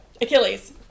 Achilles